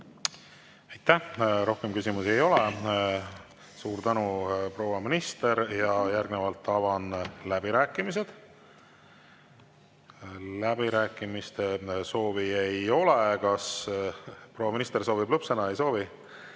Aitäh! Rohkem küsimusi ei ole. Suur tänu, proua minister! Järgnevalt avan läbirääkimised. Läbirääkimiste soovi ei ole. Kas proua minister soovib lõppsõna? Ei soovi.